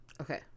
Okay